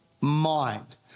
mind